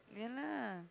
ya lah